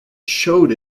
showed